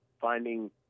finding